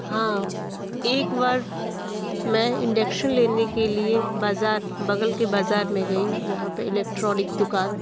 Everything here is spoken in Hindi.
हाँ एक बार मैं इंडेकसन लेने के लिए बाज़ार बग़ल के बाज़ार में गई जहाँ पर इलेक्ट्रॉनिक दुकान थी